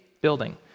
building